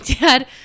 dad